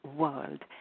world